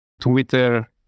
Twitter